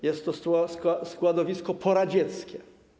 Jest to składowisko poradzieckie.